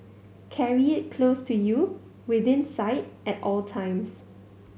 carry it close to you within sight at all times